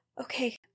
Okay